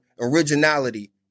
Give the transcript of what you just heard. originality